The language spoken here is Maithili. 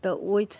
तऽ ओइ